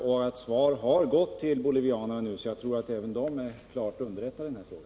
Svar har nu gått till bolivianerna, så jag tror att även de är underrättade i den här frågan.